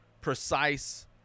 precise